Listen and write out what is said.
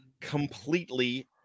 completely